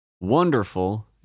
wonderful